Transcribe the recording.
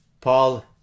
Paul